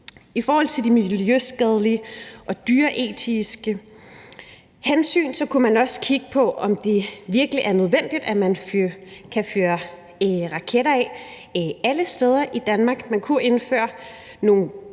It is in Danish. I forhold til de miljøskadelige og dyreetiske hensyn kunne man også kigge på, om det virkelig er nødvendigt, at man kan fyre raketter af alle steder i Danmark. Man kunne indføre nogle